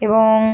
এবং